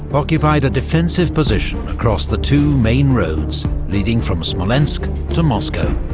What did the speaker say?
occupied a defensive position across the two main roads leading from smolensk to moscow.